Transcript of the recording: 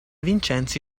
vincenzi